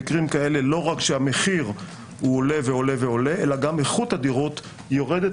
במקרים כאלה לא רק שהמחיר עולה אלא גם איכות הדירות יורדת